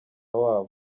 wabo